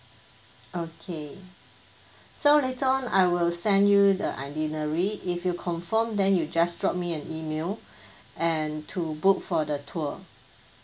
okay so later on I will send you the itinerary if you confirm then you just drop me an email and to book for the tour